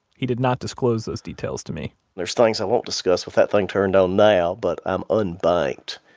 he did not disclose those details to me there's things i won't discuss with that thing turned on now, but i'm unbanked.